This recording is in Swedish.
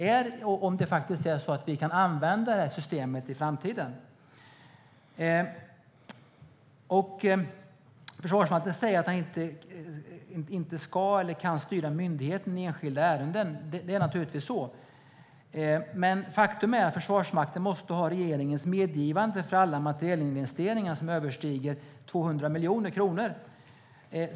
Är det så att vi faktiskt kan använda det här systemet i framtiden? Försvarsministern säger att han inte ska eller kan styra myndigheten i enskilda ärenden. Det är naturligtvis så. Men faktum är att Försvarsmakten måste ha regeringens medgivande för alla materielinvesteringar som överstiger 200 miljoner kronor.